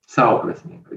sau prasmingą